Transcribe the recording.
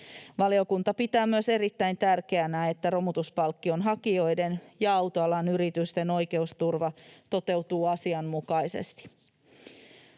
Valiokunta pitää myös erittäin tärkeänä, että romutuspalkkion hakijoiden ja autoalan yritysten oikeusturva toteutuu asianmukaisesti.